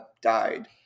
died